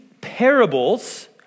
parables